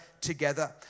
together